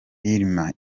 irma